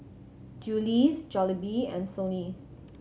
Julie's Jollibee and Sony